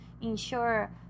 ensure